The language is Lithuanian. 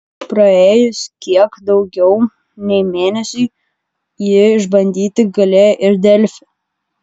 praėjus kiek daugiau nei mėnesiui jį išbandyti galėjo ir delfi